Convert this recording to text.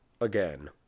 again